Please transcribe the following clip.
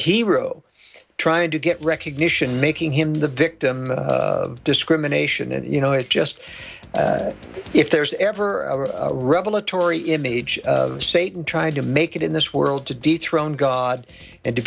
hero trying to get recognition making him the victim of discrimination and you know it just if there's ever a rebel atory image of satan trying to make it in this world to dethrone god and to